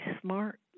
smart